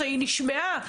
היא נשמעה,